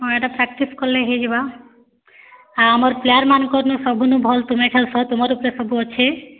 ହଁ ଏଇଟା ପ୍ରାକ୍ଟିସ୍ କଲେ ହେଇଯିବା ହଁ ଆଉ ଆମର୍ ପ୍ଲେୟାର୍ମାନ୍ଙ୍କର୍ନୁ ସବୁନୁ ଭଲ୍ ତୁମେ ଖେଲ୍ସ ତୁମର୍ ଉପରେ ସବୁଅଛେ